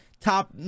Top